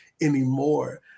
anymore